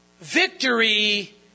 victory